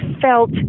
felt